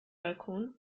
balkon